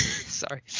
sorry